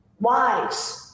wise